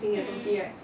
mm